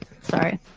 Sorry